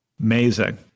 Amazing